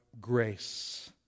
grace